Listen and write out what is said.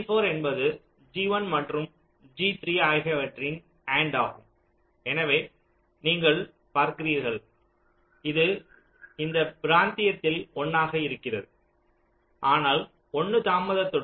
G4 என்பது G1 மற்றும் G3 ஆகியவற்றின் அண்ட் ஆகும் எனவே நீங்கள் பார்க்கிறீர்கள் இது இந்த பிராந்தியத்தில் 1 ஆக ஆகிறது ஆனால் 1 தாமதத்துடன்